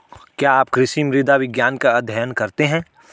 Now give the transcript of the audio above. क्या आप कृषि मृदा विज्ञान का अध्ययन करते हैं?